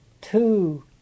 Two